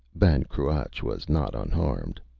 ban cruach was not unarmed.